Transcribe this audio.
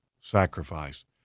sacrifice